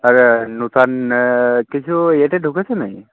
আচ্ছা নূতন এ কিছু এতে ঢুকেছো না কি